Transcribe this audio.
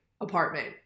apartment